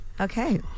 Okay